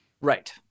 Right